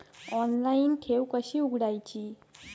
Online ठेव कशी उघडायची?